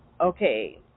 okay